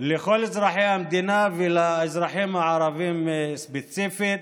לכל אזרחי המדינה ולאזרחים הערבים ספציפית,